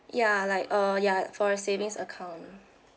ya like uh ya for a savings account